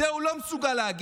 את זה הוא לא מסוגל להגיד.